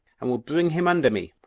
and will bring him under me,